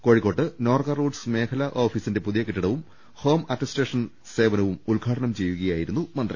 കോഴിക്കോട്ട് നോർക്ക റൂട്ട്സ് മേഖലാ ഓഫീസിന്റെ പുതിയ കെട്ടിടവും ഹോം അറ്റസ്റ്റേഷൻ സേവനവും ഉദ്ഘാടനം ചെയ്യുകയായി രുന്നു മന്ത്രി